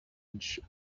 edge